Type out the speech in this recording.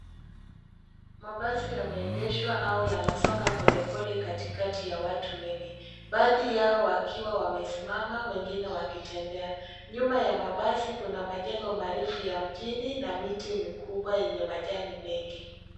Mabasi yameegeshwa au yanasonga polepole katikati ya watu wengi. Baadhi yao wakiwa wamesimama, wengine wakitembea. Nyuma ya mabasi kuna majengo marefu ya mjini na miti mikubwa yenye majani mengi.